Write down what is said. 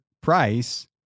price